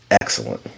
excellent